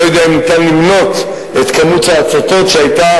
אני לא יודע אם אפשר למנות את כמות ההצתות שהיתה